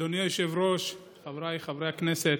אדוני היושב-ראש, חבריי חברי הכנסת,